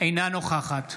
אינה נוכחת